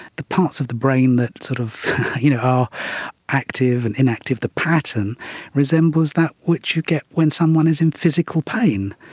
the parts of the brain that are sort of you know active and inactive, the pattern resembles that which you get when someone is in physical pain.